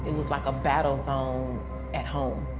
was like a battle zone at home.